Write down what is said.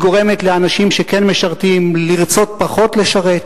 היא גורמת לאנשים שכן משרתים לרצות פחות לשרת.